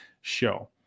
show